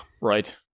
right